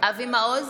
אבי מעוז,